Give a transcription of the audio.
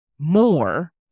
more